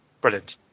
Brilliant